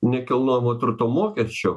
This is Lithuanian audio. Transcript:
nekilnojamo turto mokesčio